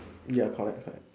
ya correct correct